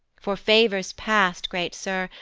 for favours past, great sir,